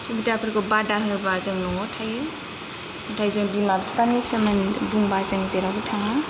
हुदाफोरखौ बादा होबा जों न'आव थायो नाथाय जों बिमा बिफानि सोमोन्दै बुंबा जों जेरावबो थाङा